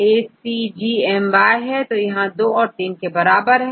ACGMYएक है और यह 2 है यह 3 के बराबर है